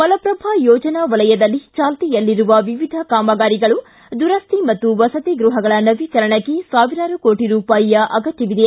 ಮಲಪ್ರಭಾ ಯೋಜನಾ ವಲಯದಲ್ಲಿ ಚಾಲ್ತಿಯಲ್ಲಿರುವ ವಿವಿಧ ಕಾಮಗಾರಿಗಳು ದುರಸ್ತಿ ಮತ್ತು ವಸತಿ ಗೃಹಗಳ ನವೀಕರಣಕ್ಕೆ ಸಾವಿರಾರು ಕೋಟಿ ರೂಪಾಯಿ ಅಗತ್ಯವಿದೆ